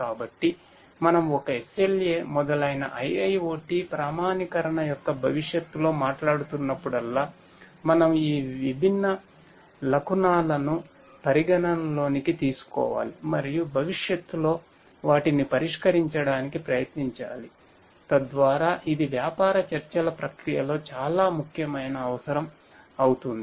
కాబట్టి మనము ఒక SLA మొదలైన IIoT ప్రామాణీకరణ యొక్క భవిష్యత్తులో మాట్లాడుతున్నప్పుడల్లా మనము ఈ విభిన్న లకునలను పరిగణనలోకి తీసుకోవాలి మరియు భవిష్యత్తులో వాటిని పరిష్కరించడానికి ప్రయత్నించాలి తద్వారా ఇది వ్యాపార చర్చల ప్రక్రియలో చాలా ముఖ్యమైన అవసరం అవుతుంది